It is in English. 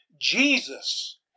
Jesus